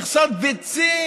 מכסות ביצים,